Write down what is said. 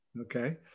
Okay